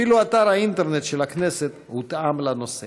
אפילו אתר האינטרנט של הכנסת הותאם לנושא.